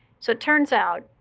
so it turns out,